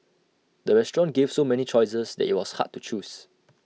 the restaurant gave so many choices that IT was hard to choose